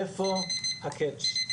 איפה הקטש?